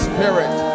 Spirit